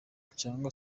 cyangwa